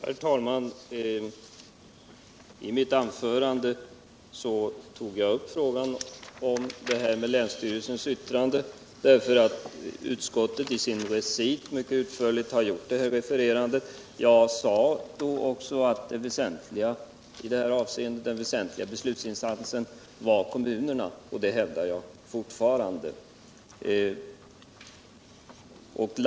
Herr talman! I mitt anförande tog jag upp frågan om länsstyrelsens yttrande därför att utskottet i sin recit har gjort et mycket utförligt referat av det. Jag sade också att den väsentligaste beslutsinstansen är kommunerna, och jag hävdar fortfarande att det är så.